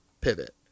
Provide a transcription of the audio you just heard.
pivot